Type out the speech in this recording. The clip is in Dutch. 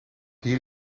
hier